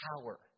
power